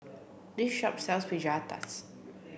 this shop sells Fajitas